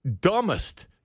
dumbest